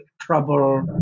trouble